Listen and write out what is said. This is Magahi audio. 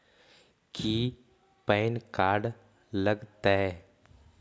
की पैन कार्ड लग तै?